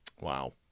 wow